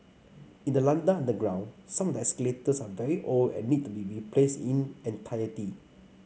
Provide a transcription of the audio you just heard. in the London underground some of the escalators are very old and need to be replaced in entirety